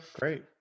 great